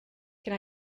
can